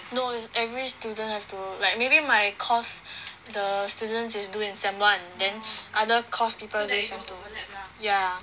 no every student have to like maybe my course the students is do in sem one then other course people they do ya